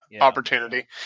opportunity